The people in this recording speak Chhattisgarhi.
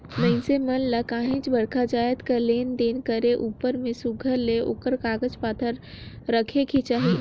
मइनसे मन ल काहींच बड़खा जाएत कर लेन देन करे उपर में सुग्घर ले ओकर कागज पाथर रखेक ही चाही